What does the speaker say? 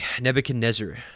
Nebuchadnezzar